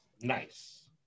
Nice